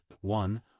one